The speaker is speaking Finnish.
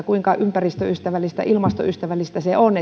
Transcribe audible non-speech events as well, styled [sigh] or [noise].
[unintelligible] kuinka ympäristöystävällistä ja ilmastoystävällistä se on [unintelligible]